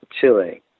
Chile